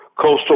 Coastal